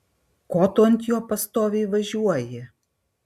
ko tu ant jo pastoviai važiuoji